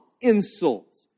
insult